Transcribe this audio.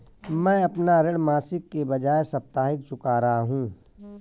मैं अपना ऋण मासिक के बजाय साप्ताहिक चुका रहा हूँ